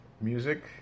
music